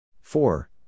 Four